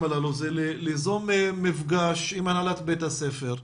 הללו זה ליזום מפגש עם הנהלת בית הספר,